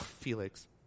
Felix